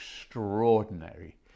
extraordinary